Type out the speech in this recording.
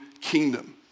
kingdom